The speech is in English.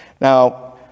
Now